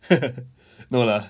no lah